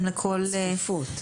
הצפיפות.